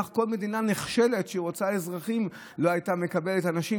כל מדינה נחשלת שרוצה אזרחים לא הייתה מקבלת אנשים,